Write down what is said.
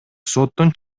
соттун